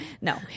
no